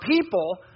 people